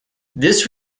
this